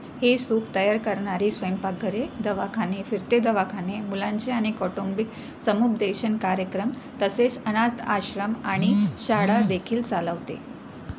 हे सूप तयार करणारी स्वयंपाकघरे दवाखाने फिरते दवाखाने मुलांचे आणि कौटुंबिक समूपदेशन कार्यक्रम तसेच अनाथ आश्रम आणि शाळादेखील चालवते